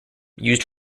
used